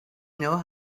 know